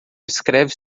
escreve